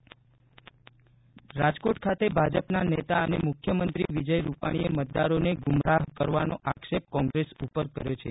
રૂપાણી ભાજપ રાજકોટ રાજકોટ ખાતે ભાજપ નેતા અને મુખ્યમંત્રી વિજય રૂપાલીએ મતદારોને ગુમરાહ કરવાનો આક્ષેપ કોંગ્રેસ ઉપર કર્યો છે